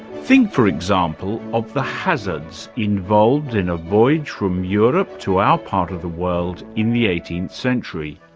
think, for example, of the hazards involved in a voyage from europe to our part of the world in the eighteenth century.